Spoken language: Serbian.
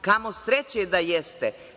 Kamo sreće da jeste.